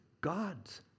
God's